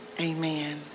amen